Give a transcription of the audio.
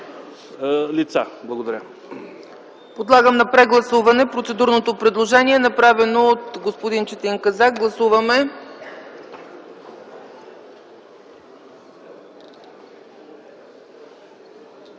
ЦЕЦКА ЦАЧЕВА: Подлагам на прегласуване процедурното предложение, направено от господин Четин Казак. Гласували